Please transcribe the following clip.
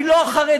אני לא חרדית,